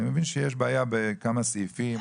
אני מבין שיש בעיה בכמה סעיפים,